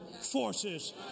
forces